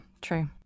true